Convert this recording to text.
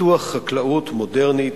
לפיתוח חקלאות מודרנית,